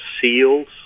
Seals